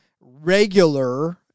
regular